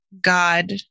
God